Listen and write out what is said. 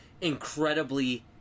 incredibly